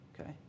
Okay